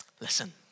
Listen